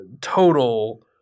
total